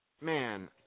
man